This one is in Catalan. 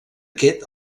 aquest